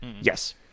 Yes